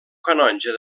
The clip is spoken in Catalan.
canonge